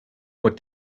what